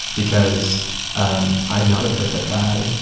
because um i'm not a perfect guy.